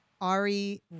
Ari